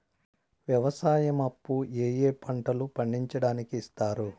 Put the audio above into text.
వ్యవసాయం అప్పు ఏ ఏ పంటలు పండించడానికి ఇస్తారు?